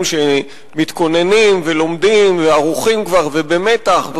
שמתכוננים ולומדים וערוכים כבר ובמתח.